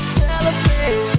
celebrate